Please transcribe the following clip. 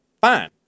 fine